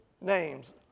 names